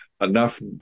enough